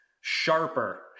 sharper